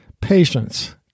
patience